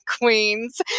Queens